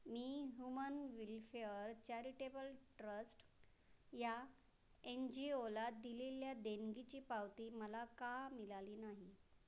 मी human welfare charitable trust या N G ओला दिलेल्या देणगीची पावती मला का मिळाली नाही